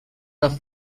rough